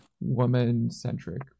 woman-centric